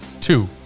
two